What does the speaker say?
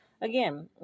Again